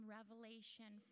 Revelation